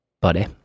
Buddy